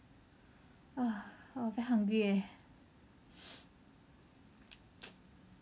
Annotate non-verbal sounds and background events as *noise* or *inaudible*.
!wah! !wah! very hungry leh *breath* *noise*